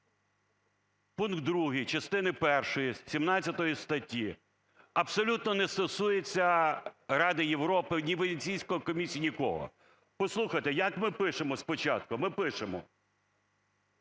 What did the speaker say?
Пункт 2 частини першої 17 статті абсолютно не стосується Ради Європи, ні Венеційської комісії, нікого. Послухайте, як ми пишемо спочатку. Ми пишемо: